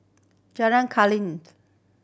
Jalan